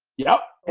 yep.